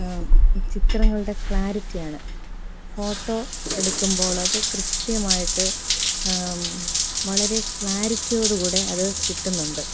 ചിത്രങ്ങളുടെ ക്ലാരിറ്റിയാണ് ഫോട്ടോ എടുക്കുമ്പോൾ അത് കൃത്യമായിട്ട് വളരെ ക്ലാരിറ്റിയോട് കൂടെ അത് കിട്ടുന്നുണ്ട്